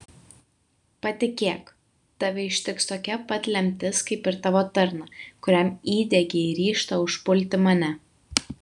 patikėk tave ištiks tokia pat lemtis kaip ir tavo tarną kuriam įdiegei ryžtą užpulti mane